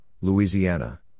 Louisiana